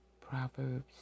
Proverbs